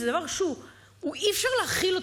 זה דבר שאי-אפשר להכיל אותו,